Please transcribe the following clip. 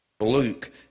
Luke